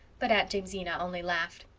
but aunt jamesina only laughed.